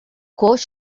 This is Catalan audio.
coix